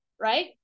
right